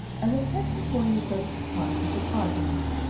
i will set before you both parts of the argument.